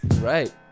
right